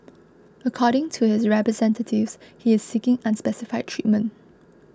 according to his representatives he is seeking unspecified treatment